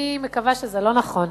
אני מקווה שזה לא נכון.